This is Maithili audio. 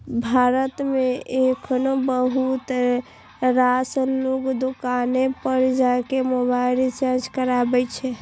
भारत मे एखनो बहुत रास लोग दोकाने पर जाके मोबाइल रिचार्ज कराबै छै